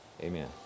Amen